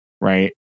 right